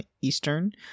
Eastern